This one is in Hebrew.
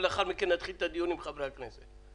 ולאחר מכן נתחיל את הדיון עם חברי הכנסת.